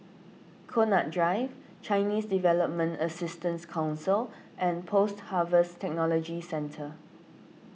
Connaught Drive Chinese Development Assistance Council and Post Harvest Technology Centre